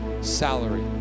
salary